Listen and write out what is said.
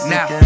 Now